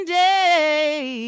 day